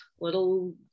little